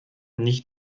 nicht